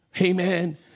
Amen